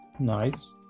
nice